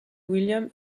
william